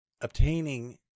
obtaining